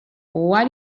why